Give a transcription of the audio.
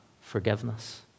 forgiveness